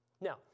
Now